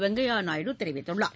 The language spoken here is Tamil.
வெங்கைய நாயுடு தெரிவித்துள்ளார்